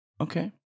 Okay